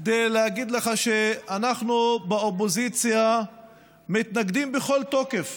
כדי להגיד לך שאנחנו באופוזיציה מתנגדים בכל תוקף